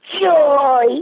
Joy